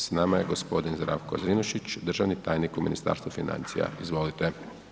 S nama je gospodin Zdravko Zrinušić, državni tajnik u Ministarstvu financija, izvolite.